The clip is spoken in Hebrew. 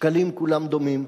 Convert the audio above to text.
שקלים כולם דומים,